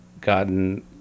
gotten